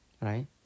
right